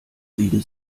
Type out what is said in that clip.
sieben